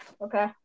Okay